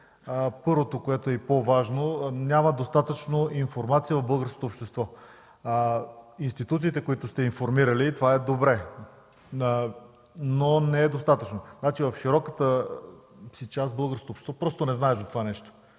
първото, което е и по-важно, няма достатъчно информация в българското общество. Институциите, които сте информирали – това е добре, но не е достатъчно. В широката си част българското общество просто не знае за това нещо.